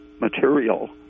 material